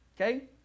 okay